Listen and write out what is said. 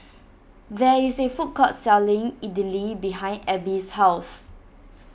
there is a food court selling Idili behind Abby's house